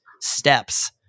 steps